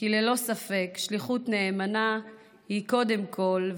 כי ללא ספק שליחות נאמנה קודם כול,